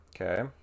Okay